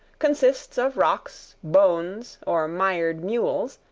consists of rocks, bones or mired mules,